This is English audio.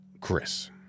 Chris